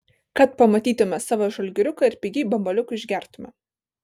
kad pamatytume savo žalgiriuką ir pigiai bambaliukų išgertume